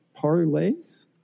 parlays